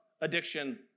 Addiction